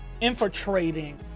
infiltrating